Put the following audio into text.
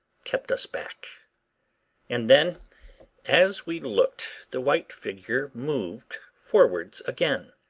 kept us back and then as we looked the white figure moved forwards again.